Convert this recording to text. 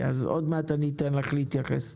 אז בהמשך אני אתן לך להתייחס.